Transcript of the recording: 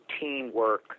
teamwork